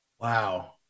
Wow